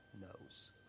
knows